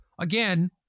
Again